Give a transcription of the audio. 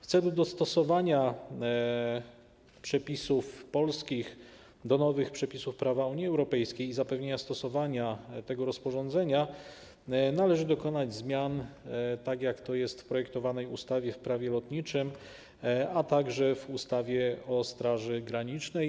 W celu dostosowania przepisów polskich do nowych przepisów prawa Unii Europejskiej i zapewnienia stosowania tego rozporządzenia należy dokonać zmian, tak jak to jest projektowane, w ustawie - Prawo lotnicze, a także w ustawie o Straży Granicznej.